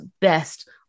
best